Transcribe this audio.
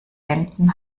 wänden